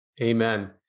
amen